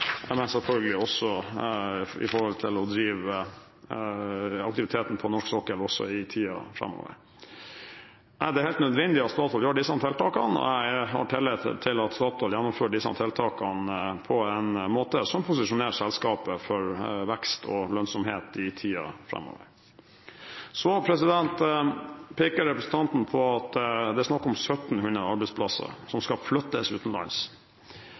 selvfølgelig også for å drive aktiviteten på norsk sokkel også i tiden framover. Er det helt nødvendig at Statoil gjør disse tiltakene? Jeg har tillit til at Statoil gjennomfører disse tiltakene på en måte som posisjonerer selskapet for vekst og lønnsomhet i tiden framover. Så peker representanten på at det er snakk om 1 700 arbeidsplasser som skal flyttes